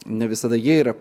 ne visada jie yra